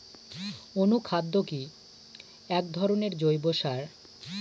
অনুখাদ্য কি এক ধরনের জৈব সার?